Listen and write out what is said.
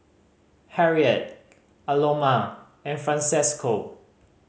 Harriet Aloma and Francesco